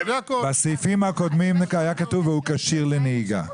בסעיפים הקודמים היה כתוב והוא כשיר לנהיגה.